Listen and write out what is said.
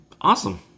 Awesome